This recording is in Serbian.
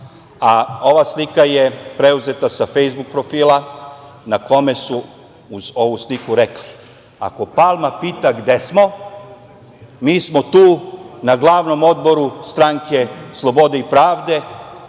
Ova slika je preuzeta sa Fejsbuk profila na kome su uz ovu sliku rekli – ako Palma pita gde smo, mi smo tu na glavnom odboru Stranke slobode i pravde.